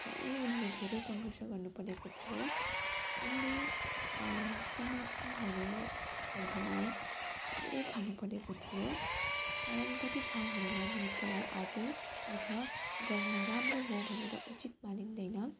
ख्यालै उनले धेरै सङ्घर्ष गर्नु परेको थियो उनले समाजकाहरू भनाइ धेरै खानु परेको थियो कारण कति ठाउँहरूमा नृत्यलाई अझै अझ गर्न राम्रो हो भनेर उचित मानिँदैन